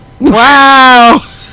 Wow